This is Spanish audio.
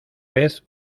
vez